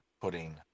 pudding